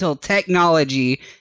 technology